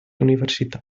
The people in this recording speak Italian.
università